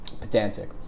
pedantic